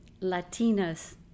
Latinas